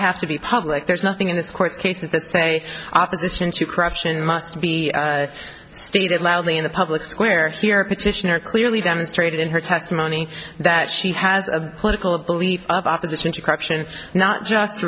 have to be public there's nothing in this court case that say opposition to corruption must be stated loudly in the public square here petitioner clearly demonstrated in her testimony that she has a political belief of opposition to corruption not just